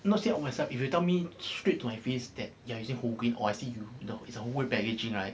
not say on myself if you tell me straight to my face that you are using whole grain or I see it's the whole grain packaging right